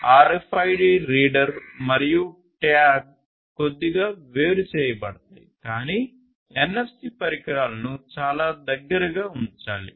RFID reader మరియు tag కొద్దిగా వేరుచేయబడతాయి కాని NFC పరికరాలను చాలా దగ్గరగా ఉంచాలి